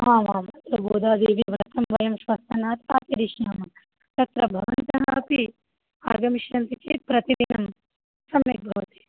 आम् आं तत्र गोदादेवी व्रर्तं वयं श्वस्तन श्यामः तत्र भवन्तः अपि आगमिष्यन्ति चेत् प्रतिदिनं सम्यक् भवति